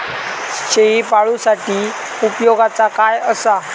शेळीपाळूसाठी उपयोगाचा काय असा?